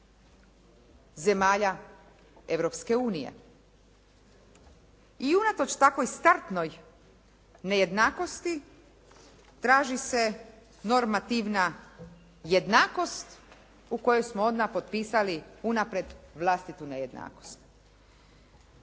unije. I unatoč takvoj startnoj nejednakosti traži se normativna jednakost u kojoj smo onda potpisali unaprijed vlastitu nejednakost.